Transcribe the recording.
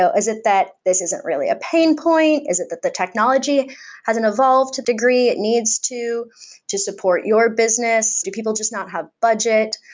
so is it that this isn't really a pain point? is it that the technology hasn't evolved to a degree it needs to to support your business? do people just not have budget?